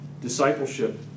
discipleship